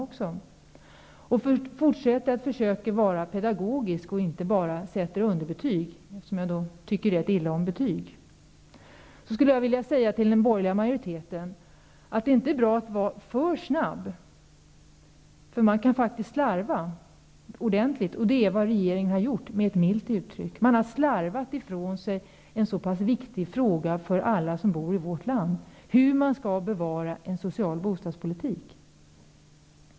Jag skall fortsätta att försöka vara pedagogisk och inte bara sätta underbetyg, eftersom jag tycker ganska illa om betyg. Jag skulle till den borgerliga majoriteten vilja säga att det inte är bra att vara för snabb, eftersom man faktiskt kan slarva ordentligt. Det är vad regeringen har gjort, milt uttryckt. Den har slarvat ifrån sig en fråga som är så pass viktig för alla som bor i vårt land, nämligen hur man skall bevara en social bostadspolitik.